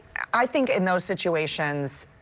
i think in those situations,